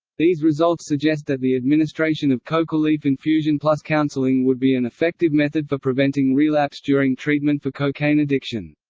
these results suggest that the administration of coca leaf infusion plus counseling would be an effective method for preventing relapse during treatment for cocaine addiction.